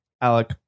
Alec